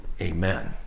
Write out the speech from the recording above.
amen